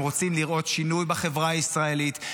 הם רוצים לראות שינוי בחברה הישראלית,